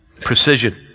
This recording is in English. precision